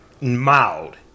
mild